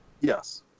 Yes